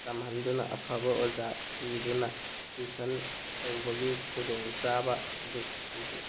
ꯇꯝꯍꯟꯗꯨꯅ ꯑꯐꯕ ꯑꯣꯖꯥ ꯊꯤꯗꯨꯅ ꯇꯨꯏꯁꯟ ꯇꯧꯕꯒꯤ ꯈꯨꯗꯣꯡ ꯆꯥꯕ ꯑꯗꯨ ꯄꯤꯕꯤ